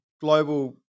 global